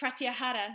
Pratyahara